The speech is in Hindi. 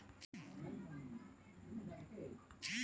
आमदनी पर लगने वाला कर आयकर होता है